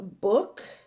book